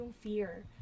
fear